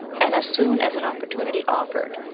and as soon as an opportunity offered,